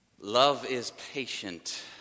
love-is-patient